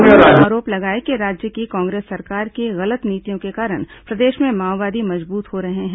उन्होंने आरोप लगाया कि राज्य की कांग्रेस सरकार की गलत नीतियों के कारण प्रदेश में माओवादी मजबूत हो रहे हैं